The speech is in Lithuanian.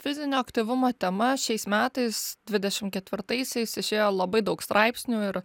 fizinio aktyvumo tema šiais metais dvidešimt ketvirtaisiais išėjo labai daug straipsnių ir